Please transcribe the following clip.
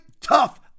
Tough